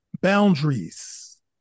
boundaries